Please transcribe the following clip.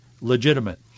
legitimate